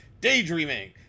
daydreaming